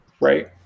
Right